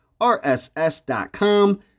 rss.com